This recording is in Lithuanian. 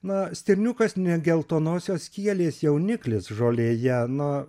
na stirniukas ne geltonosios kielės jauniklis žolėje na